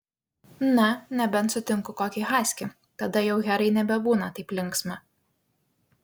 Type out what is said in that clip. na nebent sutinku kokį haskį tada jau herai nebebūna taip linksma